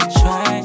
try